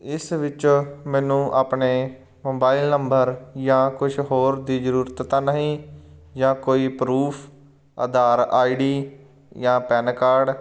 ਇਸ ਵਿੱਚ ਮੈਨੂੰ ਆਪਣੇ ਮੋਬਾਈਲ ਨੰਬਰ ਜਾਂ ਕੁਛ ਹੋਰ ਦੀ ਜ਼ਰੂਰਤ ਤਾਂ ਨਹੀਂ ਜਾਂ ਕੋਈ ਪਰੂਫ ਆਧਾਰ ਆਈਡੀ ਜਾਂ ਪੈਨ ਕਾਰਡ